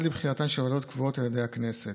עד לבחירתן של ועדות קבועות על ידי הכנסת.